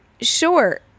sure